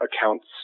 accounts